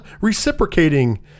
reciprocating